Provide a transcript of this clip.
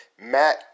Matt